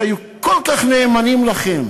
שהיו כל כך נאמנים לכם